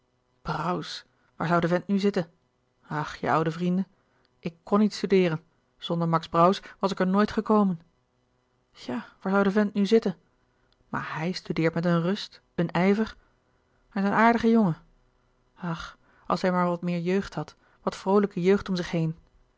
waar zoû de vent nu zitten ach je oude vrienden ik kn niet studeeren zonder max brauws was ik er nooit gekomen ja waar zoû de vent nu zitten maar hij studeert met een rust een ijver hij is een aardige jongen ach als hij maar wat meer jeugd had wat vroolijke jeugd om zich heen